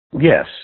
yes